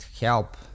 help